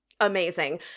Amazing